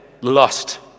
lost